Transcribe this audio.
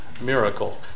miracle